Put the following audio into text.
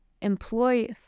employ